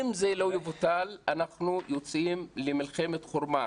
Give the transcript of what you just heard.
אם זה לא יבוטל, אנחנו יוצאים למלחמת חורמה.